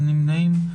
נמנעים?